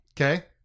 Okay